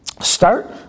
start